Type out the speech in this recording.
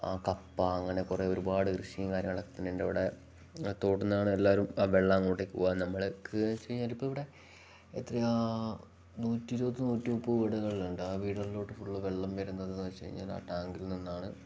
ആ കപ്പ അങ്ങനെ കുറേ ഒരുപാട് കൃഷിയും കാര്യങ്ങളൊക്കെ തന്നെ ഉണ്ട് ഇവിടെ തോട്ടിൽ നിന്നാണ് എല്ലാവരും ആ വെള്ളം അങ്ങോട്ടേക്ക് പോകാൻ നമുക്ക് എന്ന് വെച്ച് കഴിഞ്ഞാൽ ഇപ്പം ഇവിടെ എത്രയാണ് നൂറ്റി ഇരുപത് നൂറ്റി മുപ്പത് വീടുകളിലുണ്ട് ആ വീടുകളിലോട്ട് ഫുള്ള് വെള്ളം വരുന്നതെന്ന് വെച്ച് കഴിഞ്ഞാൽ ആ ടാങ്കിൽ നിന്നാണ്